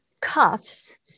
cuffs